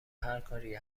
هرکاری